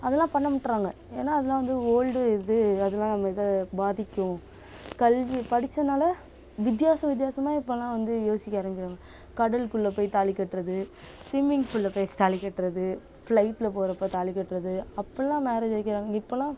அதலாம் பண்ண மாட்டேறாங்க ஏன்னால் அதலாம் வந்து ஓல்ட் இது அதலாம் நம்ம இதை பாதிக்கும் கல்வி படிச்சனால் வித்யாசம் வித்யாசமாக இப்போல்லாம் வந்து யோசிக்க ஆரம்பிக்கிறாங்க கடலுக்குள்ள போய் தாலி கட்டுறது ஸ்விம்மிங்ஃபூலில் போய் தாலி கட்டுறது ஃபிளைட்டில் போகிறப்ப தாலி கட்டுறது அப்புடில்லாம் மேரேஜ் வைக்குறாங்க இப்போலாம்